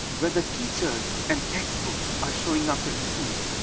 whether teachers and textbooks are showing up in school,